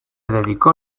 dedicó